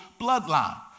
bloodline